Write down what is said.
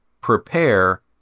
prepare